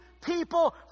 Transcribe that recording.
people